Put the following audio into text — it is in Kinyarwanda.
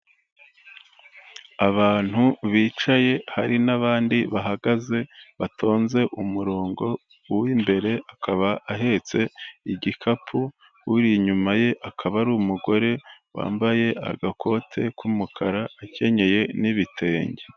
Abantu bicaye, hari n'abandi bahagaze, batonze umurongo, uw'imbere akaba ahetse igikapu, uri inyuma ye akaba ari umugore, wambaye agakote k'umukara, akenyeye n'ibitenge.